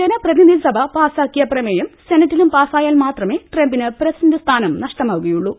ജന പ്രതിനിധിസഭ പാസ്സാക്കിയ പ്രമേയം സെനറ്റിലും പാസ്സായാൽ മാത്രമേ ട്രംപിന് പ്രസിഡന്റ് സ്ഥാനം നഷ്ടമാകുകയുള്ളൂ